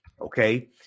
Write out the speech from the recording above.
Okay